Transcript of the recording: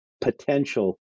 potential